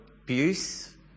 abuse